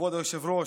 כבוד היושב-ראש,